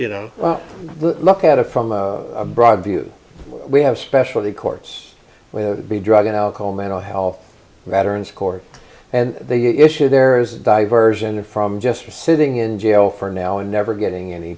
you know look at it from a broad view we have specialty courts will be drug and alcohol mental health veterans court and the issue there is a diversion from just sitting in jail for now and never getting any